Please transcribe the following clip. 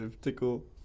Tickle